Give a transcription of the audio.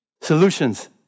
Solutions